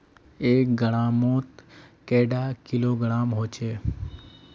एक ग्राम मौत कैडा किलोग्राम होचे?